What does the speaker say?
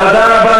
תודה.